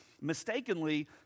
mistakenly